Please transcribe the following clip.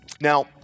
Now